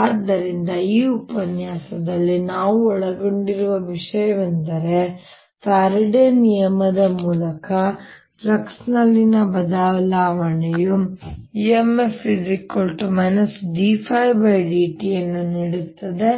ಆದ್ದರಿಂದ ಈ ಉಪನ್ಯಾಸದಲ್ಲಿ ನಾವು ಒಳಗೊಂಡಿರುವ ವಿಷಯವೆಂದರೆ ಫ್ಯಾರಡೆಯ ನಿಯಮದ ಮೂಲಕ ಫ್ಲಕ್ಸ್ನಲ್ಲಿನ ಬದಲಾವಣೆಯು EMF dϕdt ಅನ್ನು ನೀಡುತ್ತದೆ